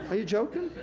ah you joking?